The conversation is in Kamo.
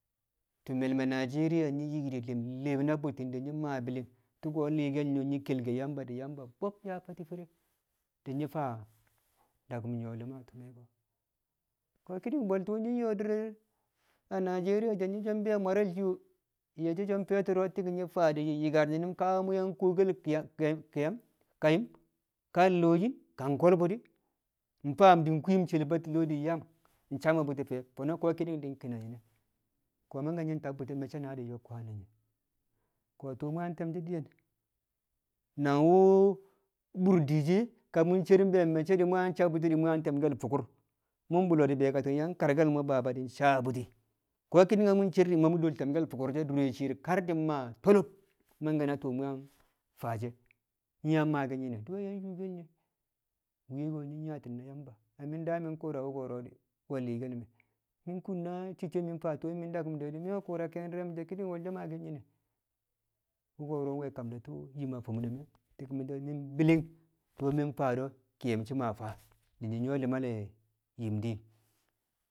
ti̱me̱l me̱ Najeriya nyi̱ yim yim de̱ na bu̱tti̱n di̱ maa bi̱li̱n tu̱ko̱ li̱i̱ke̱l nye̱ nyi̱ ke̱l Yamba di̱ Yamba bob yaa fatti̱ fere di̱ nyi̱ faa daku̱m nyu̱wo̱ li̱ma a ti̱me̱ ko̱. Ko̱ ki̱ni̱ng bwe̱l tu̱u̱ nyi̱ yo̱o̱ dir re̱ a Najeriya bwe̱l mware̱ shiyo nye̱shi̱ so̱ feturo ti̱ng faa di̱ nyɪkar nyi̱nu̱n ka mu̱ yang kuwokel ki- ki- kiyum kayu̱m ka lo̱o̱ yin ka ko̱lbu̱ di̱ faa di̱ kwiim she̱l Batile di̱ yang di̱ nsabbu̱ti̱ fe̱ fo̱no̱ ko̱ ki̱ni̱ng di̱ kina nyine ko̱ na tab bu̱ti̱ me̱cce̱ naa di̱ ƴo̱k kwaan ne̱ nyine̱. Ko̱ tu̱u̱ te̱m shi̱ diyen nangwu̱ bur dishe̱ ka ce̱r be̱e̱ me̱cce̱ mu yang sabbuti yang te̱mke̱l bee fukur na bu̱llo̱ di̱ be̱e̱ kati̱ng yang karke̱l mo̱ Baba di̱ sabbu̱ti̱, ko̱ ki̱ni̱ng mu̱ cer di̱ ma mu̱ dol te̱mke̱l fukur adure̱ shi̱i̱r kar di̱ maa tolob mangke̱ tu̱u̱ yang faa she̱ nyi̱ maaki̱n nyine̱ di̱ we̱ yang yuukel ye̱? mwi̱ye̱ ko̱ nyi̱ yaati̱n na Yamba, na mi̱ daa mi̱ ku̱u̱ra wo̱ro̱ we̱ li̱i̱ke̱l me̱, mi̱ kun na cicco mi̱ faa tu̱u̱ mi̱ daku̱m de̱ di̱, mu̱ ku̱u̱ra ke̱e̱shi̱ di̱re̱ mu̱ so̱ wolsho maaki̱n nyine̱, wu̱ ko̱ro̱ nwe̱ kam tu̱u̱ yim a fi̱m ne̱ me̱ ti̱ng mi̱ so̱ mi̱ bi̱li̱ng tu̱u̱ mi̱ faa do̱ kayu̱m faa di̱ nyi̱ nyu̱wo̱ li̱ma yim din